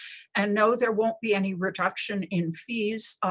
and, no, there won't be any reduction in fees.